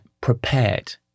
prepared